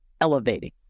elevating